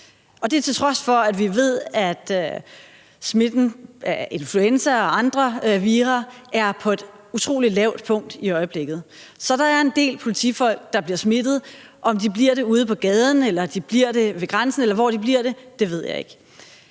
og det til trods for, at vi ved, at smitten fra influenza og andre vira er på et utrolig lavt niveau i øjeblikket. Så der er en del politifolk, der bliver smittet – om de bliver det ude på gaden eller ved grænsen, eller hvor de bliver det, ved jeg ikke.